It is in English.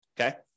okay